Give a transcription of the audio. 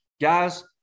guys